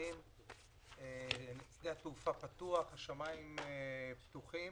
של פתיחת השמיים,